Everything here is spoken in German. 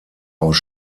aus